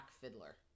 Fiddler